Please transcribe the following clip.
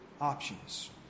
options